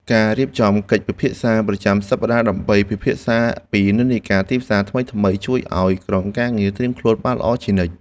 ការរៀបចំកិច្ចពិភាក្សាប្រចាំសប្តាហ៍ដើម្បីពិភាក្សាពីនិន្នាការទីផ្សារថ្មីៗ ជួយឱ្យក្រុមការងារត្រៀមខ្លួនបានល្អជានិច្ច។